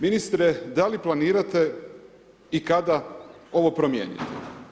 Ministre da li planirate i kada ovo promijeniti?